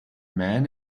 man